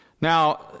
Now